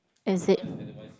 is it